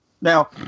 Now